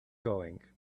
going